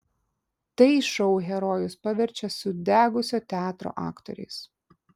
tai šou herojus paverčia sudegusio teatro aktoriais